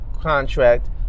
contract